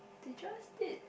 did y'all state